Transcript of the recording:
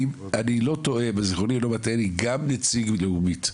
אם זכרוני אינו מטעני אומרים את זה גם נציג "לאומית"